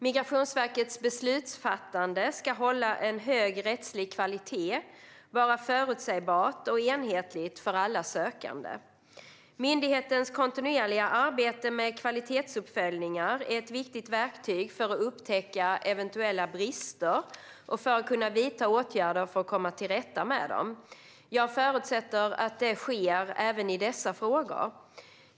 Migrationsverkets beslutsfattande ska hålla en hög rättslig kvalitet och vara förutsägbart och enhetligt för alla sökande. Myndighetens kontinuerliga arbete med kvalitetsuppföljningar är ett viktigt verktyg för att upptäcka eventuella brister och för att kunna vidta åtgärder för att komma till rätta med dem. Jag förutsätter att det sker även i dessa frågor.